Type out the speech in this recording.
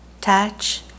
touch